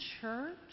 church